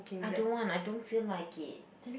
I don't want I don't feel like it